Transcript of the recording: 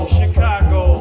Chicago